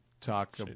talk